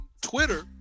Twitter